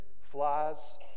flies